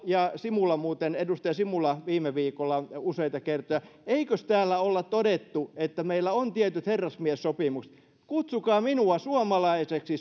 ja edustaja simula viime viikolla useita kertoja eikös täällä olla todettu että meillä on tietyt herrasmiessopimukset kutsukaa minua suomalaiseksi